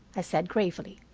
i said gravely,